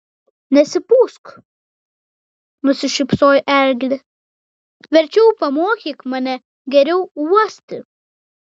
nesipūsk nusišypsojo eglė verčiau pamokyk mane geriau uosti